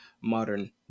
modern